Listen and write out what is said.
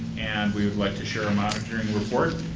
we would like to share a monitoring report.